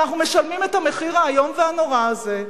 אבל אנחנו משלמים את המחיר האיום והנורא הזה,